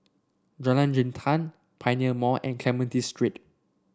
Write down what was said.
Jalan Jintan Pioneer Mall and Clementi Street